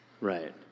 Right